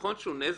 נכון שזה נזק,